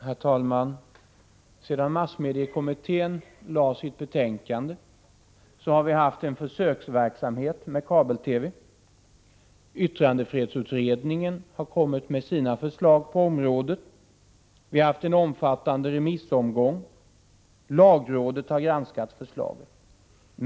Herr talman! Sedan massmediekommittén framlade sitt betänkande har vi haft en försöksverksamhet med kabel-TV. Yttrandefrihetsutredningen har kommit med sina förslag på området, vi har haft en omfattande remissomgång och lagrådet har granskat förslaget.